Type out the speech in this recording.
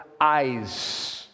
eyes